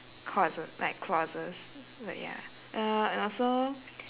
causes like clauses but ya uh and also